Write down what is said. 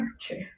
True